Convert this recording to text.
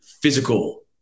physical